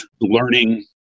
learning